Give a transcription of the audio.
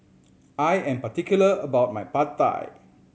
I am particular about my Pad Thai